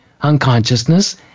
unconsciousness